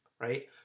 right